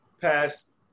passed